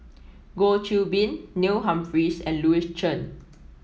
Goh Qiu Bin Neil Humphreys and Louis Chen